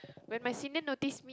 when my senior notice me